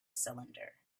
cylinder